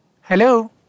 Hello